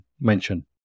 mention